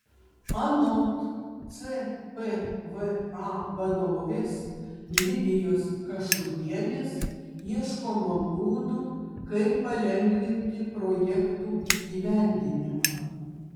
anot cpva vadovės lidijos kašubienės ieškoma būdų kaip palengvinti projektų įgyvendinimą